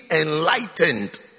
enlightened